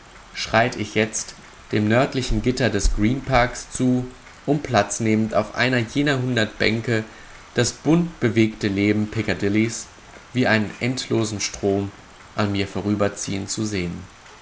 schreit ich jetzt dem nördlichen gitter des green parks zu um platz nehmend auf einer jener hundert bänke das buntbewegte leben piccadillys wie einen endlosen strom an mir vorüberziehen zu sehn